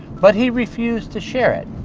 but he refused to share it.